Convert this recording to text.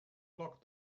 locked